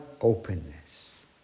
openness